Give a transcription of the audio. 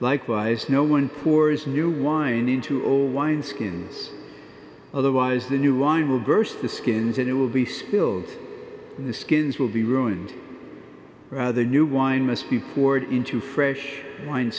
likewise no one poor is new wine into old wine skins otherwise the new wine will burst the skins and it will be spilled in the skins will be ruined rather new wine must be poured into fresh win